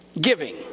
giving